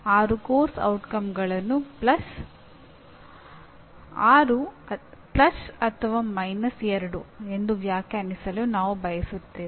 6 ಪಠ್ಯಕ್ರಮದ ಪರಿಣಾಮಗಳನ್ನು 6 ಅಥವಾ 2 ಎಂದು ವ್ಯಾಖ್ಯಾನಿಸಲು ನಾನು ಬಯಸುತ್ತೇನೆ